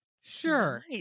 sure